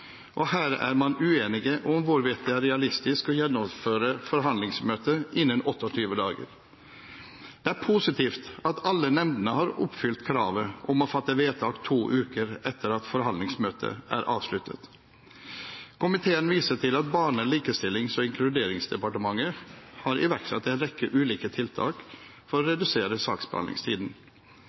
er her uenig om hvorvidt det er realistisk å gjennomføre forhandlingsmøter innen 28 dager. Det er positivt at alle nemndene har oppfylt kravet om å fatte vedtak to uker etter at forhandlingsmøtet er avsluttet. Komiteen viser til at Barne-, likestillings- og inkluderingsdepartementet har iverksatt en rekke ulike tiltak for å redusere saksbehandlingstiden.